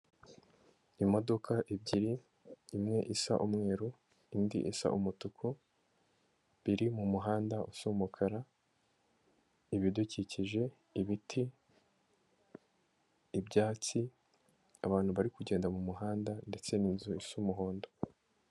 Imodoka ebyiri, imwe isa umweru, indi isa umutuku, biri mu muhanda usa umukara, ibidukikije, ibiti, ibyatsi, abantu bari kugenda mu muhanda ndetse n'inzu isa umuhondo.